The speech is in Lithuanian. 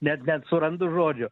net net surandu žodžių